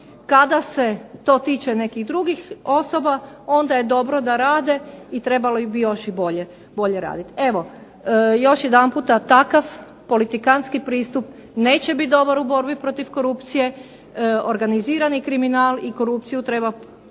Kada se to tiče nekih drugih osoba onda je dobro da rade i trebali bi još i bolje raditi. Evo, još jedanputa, takav politikantski pristup neće biti dobar u borbi protiv korupcije. organizirani kriminal i korupciju treba provoditi